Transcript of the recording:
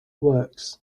works